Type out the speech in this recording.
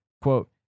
Quote